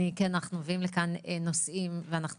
אנחנו מביאים לכאן נושאים ואנחנו